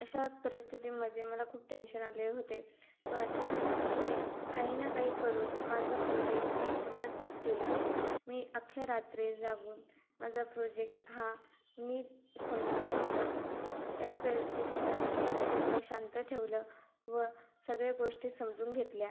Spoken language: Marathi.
अशा परिस्थितीमधे मला खूप टेन्शन आले होते पण मी नी काही ना काही करून माझं प्रोजेक्त मी पूर्ण केला मी अख्ख्या रात्री जागून माझा प्रोजेक्ट हा नीट संपवला होता या परिस्थितीमधे मी माझं डोकं शांत ठेवलं व सगळ्या गोष्टी समजून घेतल्या